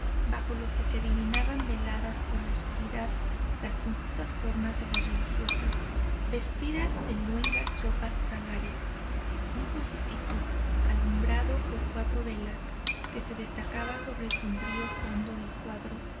bajo los que se adivinaban veladas por la oscuridad las confusas formas de las religiosas vestidas de luengas ropas talares un crucifijo alumbrado por cuatro velas que se destacaba sobre el sombrío fondo del cuadro